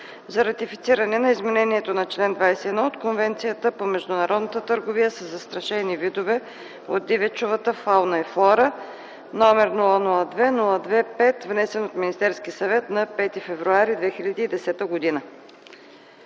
за ратифициране на изменението на чл. ХХІ от Конвенцията по международната търговия със застрашени видове от дивечовата фауна и флора № 002–02–5, внесен от Министерския съвет на 05 февруари 2010 г.